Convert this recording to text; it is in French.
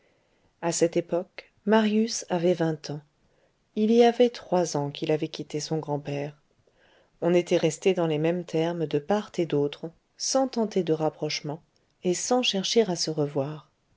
à cette époque marius avait vingt ans il y avait trois ans qu'il avait quitté son grand-père on était resté dans les mêmes termes de part et d'autre sans tenter de rapprochement et sans chercher à se revoir